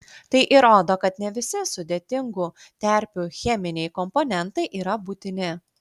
tai įrodo kad ne visi sudėtingų terpių cheminiai komponentai yra būtini